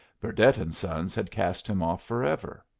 burdett and sons had cast him off forever.